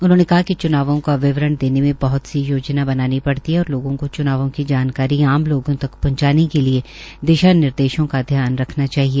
उन्होंने कहा कि चुनावों का विवरण देने में बहत सी योजना बनानी पड़ती है और लोगों को च्नावों को च्नावों की जानकारी आम लोगों तक पहुंचाने के लिये दिशा निर्देशों का ध्यान रखना चाहिए